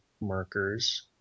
markers